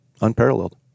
unparalleled